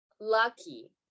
lucky